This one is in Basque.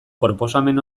proposamen